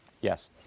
yes